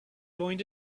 going